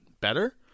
better